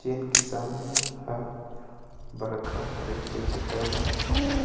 जेन किसान मन ह बड़का रहिथे जेखर मन